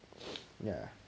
ya